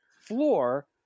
floor